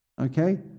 Okay